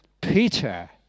Peter